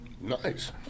Nice